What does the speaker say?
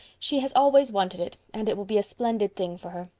she has always wanted it and it will be a splendid thing for her.